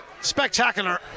spectacular